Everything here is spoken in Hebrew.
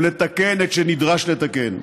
ולתקן את שנדרש לתקן.